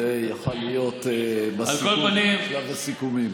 זה יכול להיות בשלב הסיכומים.